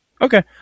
Okay